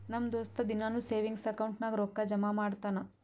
ನಮ್ ದೋಸ್ತ ದಿನಾನೂ ಸೇವಿಂಗ್ಸ್ ಅಕೌಂಟ್ ನಾಗ್ ರೊಕ್ಕಾ ಜಮಾ ಮಾಡ್ತಾನ